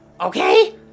Okay